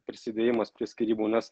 prisidėjimas prie skyrybų nes